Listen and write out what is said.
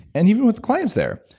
and even with clients there.